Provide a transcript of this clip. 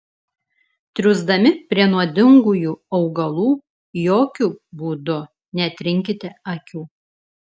triūsdami prie nuodingųjų augalų jokiu būdu netrinkite akių